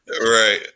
Right